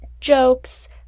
jokes